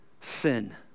Sin